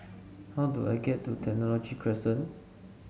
how do I get to Technology Crescent